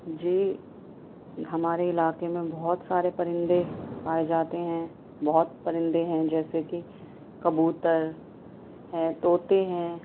جی ہمارے علاقے میں بہت سارے پرندے پائے جاتے ہیں بہت پرندے ہیں جیسے کہ کبوتر ہیں طوطے ہیں